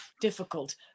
difficult